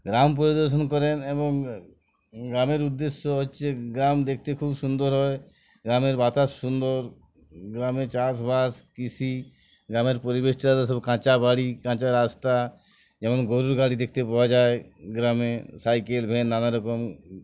গ্রাম পরিদর্শন করেন এবং গ্রামের উদ্দেশ্য হচ্ছে গ্রাম দেখতে খুব সুন্দর হয় গ্রামের বাতাস সুন্দর গ্রামে চাষবাস কৃষি গ্রামের পরিবেশটা সব কাঁচা বাড়ি কাঁচা রাস্তা যেমন গরুর গাড়ি দেখতে পাওয়া যায় গ্রামে সাইকেল ভ্যান নানারকম